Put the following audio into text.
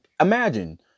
Imagine